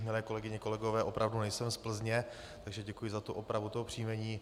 Milé kolegyně a kolegové, opravdu nejsem z Plzně, takže děkuji za opravu příjmení.